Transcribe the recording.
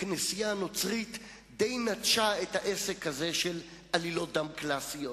הכנסייה הנוצרית די נטשה את העסק הזה של עלילות דם קלאסיות,